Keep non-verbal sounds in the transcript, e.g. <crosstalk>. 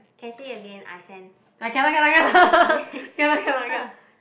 can say again I send <laughs> faster